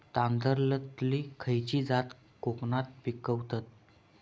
तांदलतली खयची जात कोकणात पिकवतत?